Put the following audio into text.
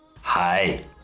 Hi